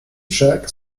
check